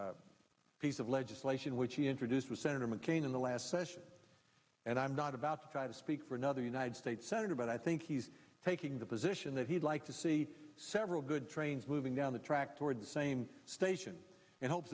wide piece of legislation which he introduced with senator mccain in the last session and i'm not about five speak for another united states senator but i think he's taking the position that he'd like to see several good trains moving down the track toward the same station in h